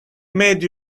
made